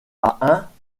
tours